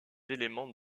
éléments